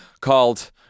called